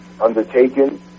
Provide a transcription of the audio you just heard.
undertaken